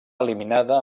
eliminada